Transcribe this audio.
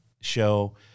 show